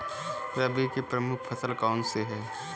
रबी की प्रमुख फसल कौन सी है?